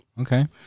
Okay